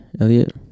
Elliot